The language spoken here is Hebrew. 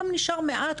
היום נשאר מעט,